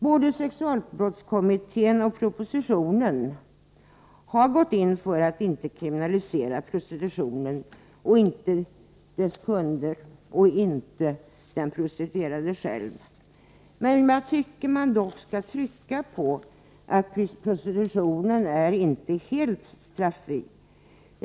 Både sexualbrottskommittén och departementschefen har gått in för att inte kriminalisera prostitutionen — vare sig dess kunder eller den prostituerade själv. Men jag tycker att man ändå skall trycka på att prostitutionen inte är helt straffri.